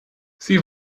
sie